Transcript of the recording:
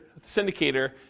syndicator